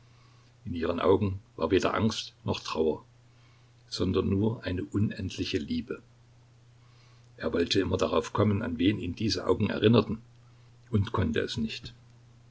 in ihren augen war weder angst noch trauer sondern nur eine unendliche liebe er wollte immer darauf kommen an wen ihn diese augen erinnerten und konnte es nicht